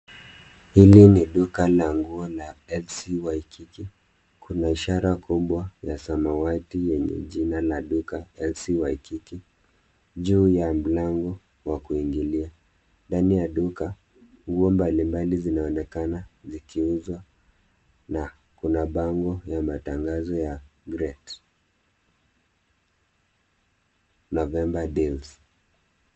Hili ni duka la nguo la LC WaiKIKI , kuna ishara kubwa ya samawati yenye jina la duka LC WaiKIKI juu ya mlango wa kuingilia. Ndani ya duka nguo mbali mbali zinaonekana zikiuzwa na kuna bango ya matangazo ya GREAT NOVEMBER DEALS .